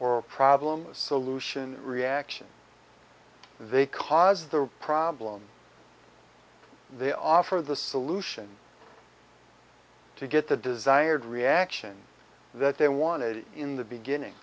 or problem a solution reaction they cause the problem they offer the solution to get the desired reaction that they wanted in the beginning